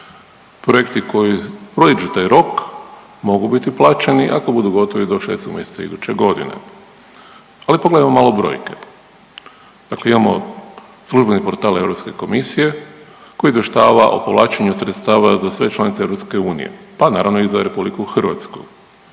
Projekti koji prijeđu taj rok mogu biti plaćeni ako budu gotovi do šestog mjeseca iduće godine. Ali pogledajmo malo brojke. Dakle, imamo službeni portal Europske komisije koji izvještava o povlačenju sredstava za sve članice EU, pa naravno i za RH.